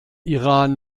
iran